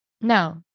no